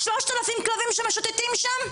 3,000 כלבים שמשוטטים שם?